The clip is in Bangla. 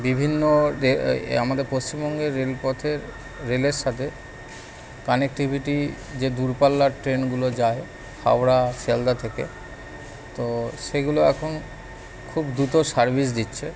বিভিন্ন রে এ আমাদের পশ্চিমবঙ্গের রেলপথের রেলের সাথে কানেকটিভিটি যে দূরপাল্লার ট্রেনগুলো যায় হাওড়া শিয়ালদা থেকে তো সেগুলো এখন খুব দ্রুত সার্ভিস দিচ্ছে